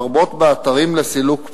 לרבות באתרים לסילוק פסולת.